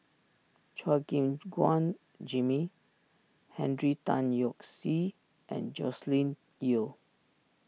Chua Gim Guan Jimmy Henry Tan Yoke See and Joscelin Yeo